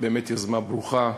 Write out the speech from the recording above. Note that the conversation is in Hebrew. באמת יוזמה ברוכה.